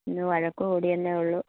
ഒന്ന് വഴക്ക് കൂടിയെന്നേ ഉള്ളൂ